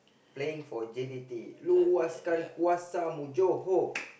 playing for J D T luaskan kuasamu Johor